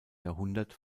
jahrhundert